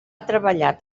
treballat